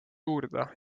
uurida